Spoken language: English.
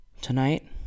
Tonight